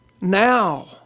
now